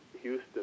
Houston